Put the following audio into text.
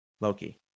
Loki